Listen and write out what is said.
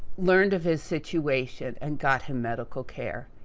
learned of his situation and got him medical care.